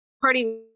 Party –